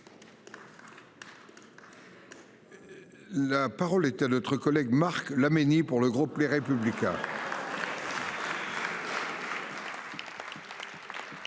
La parole est à notre collègue Marc Laménie pour le groupe Les Républicains.